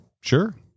Sure